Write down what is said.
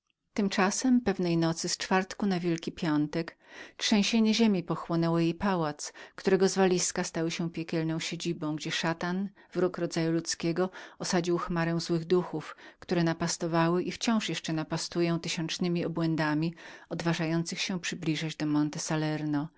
tymczasem pewnej nocy z czwartku na wielki piątek trzęsienie ziemi pochłonęło jej pałac którego zwaliska stały się piekielnem mieszkaniem gdzie szatan wróg rodzaju ludzkiego osadził chmarę złych duchów które długo napastowały i napastują tysiącznemi obłędami odważających się przybliżać do monte salerno